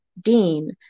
Dean